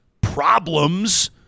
problems